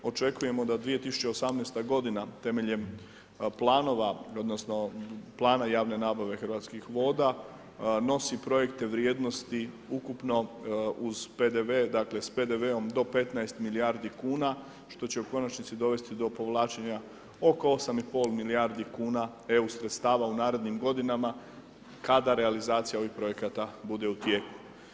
Očekujemo da 2018. godina temeljem planova odnosno plana javne nabave Hrvatskih voda nosi projekte vrijednosti ukupno uz PDV, dakle s PDV-om do 15 milijardi kuna što se u konačnici dovesti do povlačenje oko 8,5 milijardi kuna EU sredstava u narednim godinama kada realizacija ovih projekata bude u tijeku.